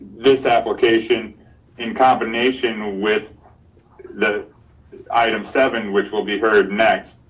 this application in combination with the item seven, which will be heard next.